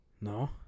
No